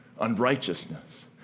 unrighteousness